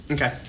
Okay